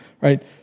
right